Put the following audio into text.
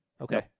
Okay